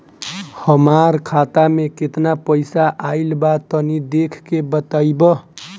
हमार खाता मे केतना पईसा आइल बा तनि देख के बतईब?